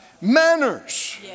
manners